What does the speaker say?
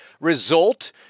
result